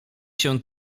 się